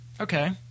Okay